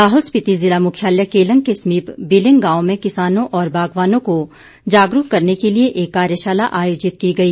लाहौल स्पिति जिला मुख्यालय केलंग के समीप विलिंग गांव में किसानों और बागवानों को जागरूक करने के लिए एक कार्यशाला आयोजित की गई